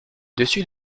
dessus